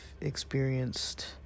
experienced